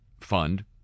fund